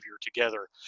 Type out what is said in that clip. together